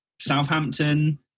Southampton